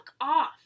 off